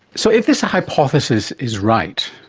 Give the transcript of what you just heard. so if this hypothesis is right,